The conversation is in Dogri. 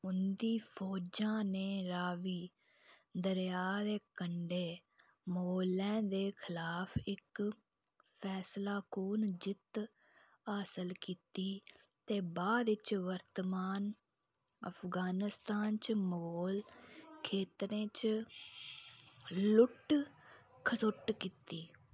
उं'दी फौजा न रावी दरेआ दे कंडे म्हौलै दे खलाफ इक फैसलाकुन जित्त हासल कीती ते बाद च वर्तमान अफगानिस्तान च म्हौल खेत्तरें च लुट्ट खसुट्ट कीती